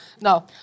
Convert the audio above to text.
No